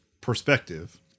perspective